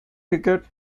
ticket